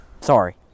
sorry